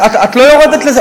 בהנחת עבודה,